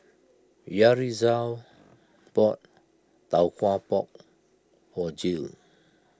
Yaritza bought Tau Kwa Pau for Jill